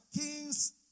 kings